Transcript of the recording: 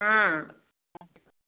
हाँ